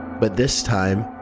but this time,